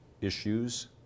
issues